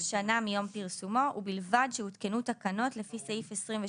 שנה מיום פרסומו ובלבד שהותקנו תקנות לפי סעיף 26יב(ב).